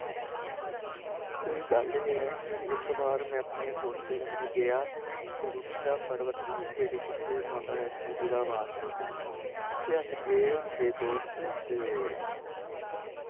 ते गल्ल एह् ऐ कि इक बार में अपनें दोस्त कन्नै गेआ त्रिकुटा पर्वत नी ऐ जित्थै बैष्णों माता दा बास नी ऐ उत्थै अस गे पंज छे दोस्त ते